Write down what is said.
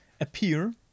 appear